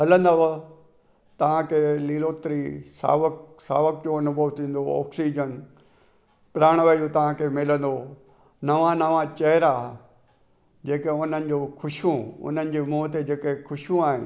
हलंदव तव्हां खे लीरोत्री सावक सावक जो अनुभव थींदो ऑक्सीजन प्राण वायु तव्हां खे मिलंदो नवां नवां चहिरा जेके उन्हणी जूं ख़ुशियूं उन्हनि जे मुंहं ते आहिनि